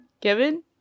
Kevin